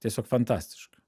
tiesiog fantastiška